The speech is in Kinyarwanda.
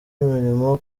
imirimo